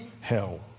Hell